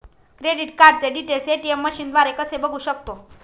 Credit कार्डचे details ATM मशीनद्वारे कसे बघू शकतो?